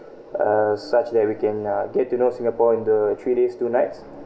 uh such that we can uh get to know singapore in the three days two nights